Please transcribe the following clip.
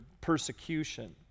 persecution